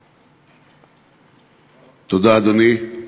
תודה, אדוני.